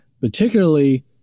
particularly